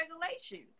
regulations